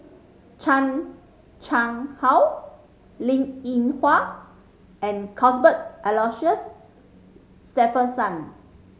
Chan Chang How Linn In Hua and Cuthbert Aloysius Shepherdson